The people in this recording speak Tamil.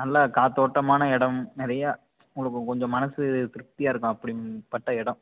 நல்லா காற்றோட்டமான இடம் நிறையா உங்களுக்கு கொஞ்சம் மனது திருப்தியாக இருக்கும் அப்படிப்பட்ட இடம்